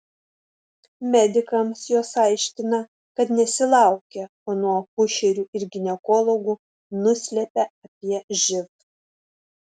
medikams jos aiškina kad nesilaukia o nuo akušerių ir ginekologų nuslepia apie živ